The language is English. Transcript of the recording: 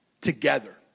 together